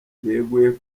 yeguye